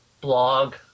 blog